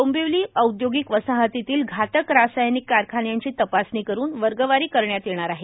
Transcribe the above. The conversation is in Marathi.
डोंबिवली औदयोगिक वसाहतीतील घातक रासायनिक कारखान्यांची तपासणी करून वर्गवारी करण्यात येणार आहे